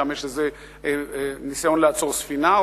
שם יש ניסיון לעצור ספינה,